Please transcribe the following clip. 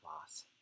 loss